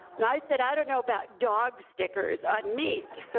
and i said i don't know about dog stickers on meat,